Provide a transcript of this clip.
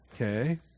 Okay